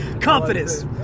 Confidence